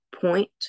point